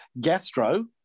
Gastro